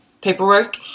paperwork